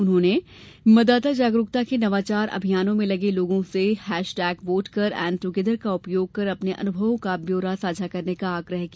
उन्होंने मतदाता जागरूकता के नवाचार अभियानों में लगे लोगों से हैशटेग वोट कर एंड ट्रगेदर का उपयोग कर अपने अनुभवों का ब्यौरा साझा करने का आग्रह किया